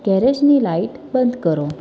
ગૅરેજની light બંધ કરો